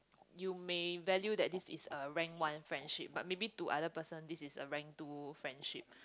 you may value that it's a rank one friendship but maybe to other person this is a rank two friendship